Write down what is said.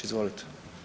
Izvolite.